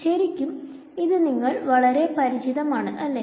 ശെരിക്കും ഇത് നിങ്ങൾക്ക് വളരെ പരിചിതമാണ് അല്ലെ